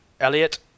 Elliot